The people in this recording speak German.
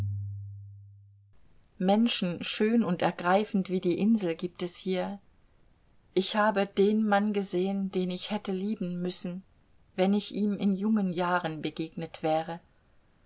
menschen schön und ergreifend wie die insel gibt es hier ich habe den mann gesehen den ich hätte lieben müssen wenn ich ihm in jungen jahren begegnet wäre